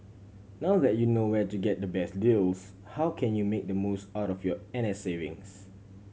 now that you know where to get the best deals how can you make the most out of your N S savings